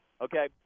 Okay